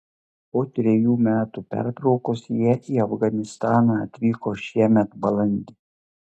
po trejų metų pertraukos jie į afganistaną atvyko šiemet balandį